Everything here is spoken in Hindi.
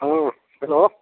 हाँ हेलो